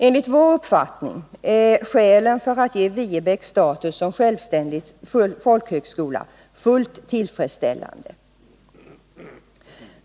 Enligt vår uppfattning är skälen för att ge Viebäck status som självständig folkhögskola fullt tillfredsställande.